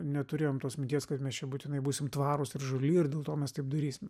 neturėjom tos minties kad mes čia būtinai būsim tvarūs ir žali ir dėl to mes taip darysim